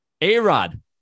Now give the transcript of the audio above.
A-Rod